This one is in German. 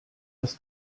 das